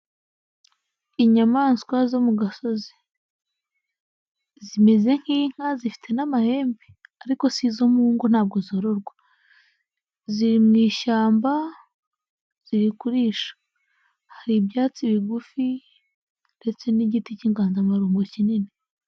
Inyamaswa zo mu gasozi zimeze nk'inka zifite n'amahembe ariko si izo mu ngo ntabwo zororwa. Ziri mu ishyamba, ziri kurisha. Hari ibyatsi bigufi ndetse n'igiti cy'inganzamarumbo kinini.